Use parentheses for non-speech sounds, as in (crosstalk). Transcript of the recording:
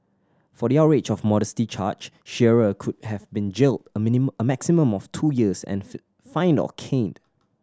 for the outrage of modesty charge Shearer could have been jailed a (unintelligible) maximum of two years and (unintelligible) fined or caned